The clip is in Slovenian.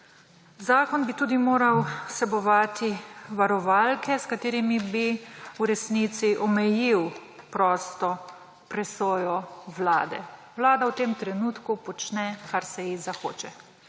Zakon bi moral tudi vsebovati varovalke, s katerimi bi v resnici omejil prosto presojo vlade. Vlada v tem trenutku počne, kar se ji zahoče,